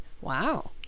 Wow